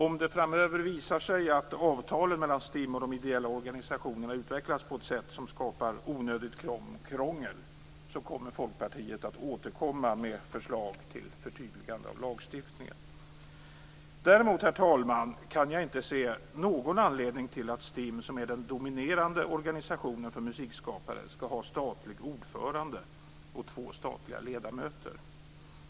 Om det framöver visar sig att avtalen mellan STIM och de ideella organisationerna utvecklas på ett sätt som skapar onödigt krångel, kommer Folkpartiet att återkomma med förslag till förtydligande av lagstiftningen. Däremot, herr talman, kan jag inte se någon anledning till att STIM, som är den dominerande organisationen för musikskapare, skall ha statlig ordförande och två statliga ledamöter.